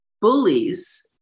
bullies